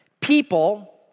people